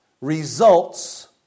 results